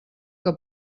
que